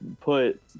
put